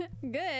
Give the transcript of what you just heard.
Good